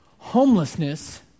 homelessness